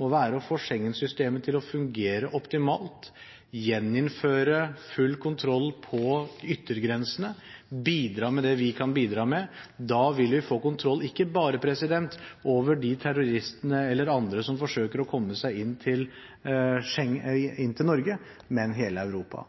er å få Schengen-systemet til å fungere optimalt, gjeninnføre full kontroll på yttergrensene og bidra med det vi kan bidra med. Da vil vi få kontroll over terrorister eller andre som forsøker å komme seg inn i ikke bare Norge, men hele Europa.